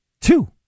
two